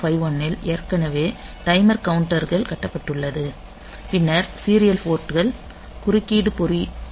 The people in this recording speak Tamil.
8051 ல் ஏற்கனவே டைமர் கவுண்டர்கள் கட்டப்பட்டுள்ளது பின்னர் சீரியல் போர்ட்கள் குறுக்கீடு பொறிமுறை